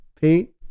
Pete